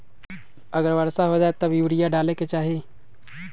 अगर वर्षा हो जाए तब यूरिया डाले के चाहि?